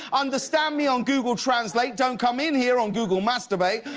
understand me on google translate, don't come in here! on google masturbate,